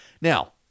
Now